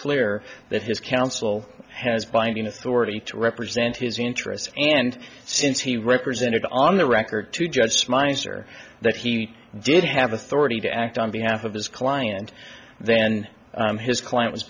clear that his counsel has binding authority to represent his interests and since he represented on the record to jeff's minus or that he did have authority to act on behalf of his client then his client was